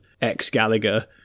ex-Gallagher